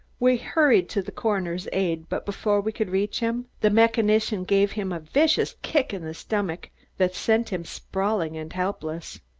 we hurried to the coroner's aid, but before we could reach him, the mechanician gave him a vicious kick in the stomach that sent him sprawling and helpless.